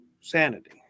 sanity